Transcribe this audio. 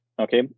okay